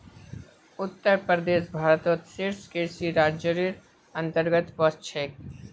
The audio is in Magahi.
उत्तर प्रदेश भारतत शीर्ष कृषि राज्जेर अंतर्गतत वश छेक